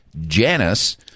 Janice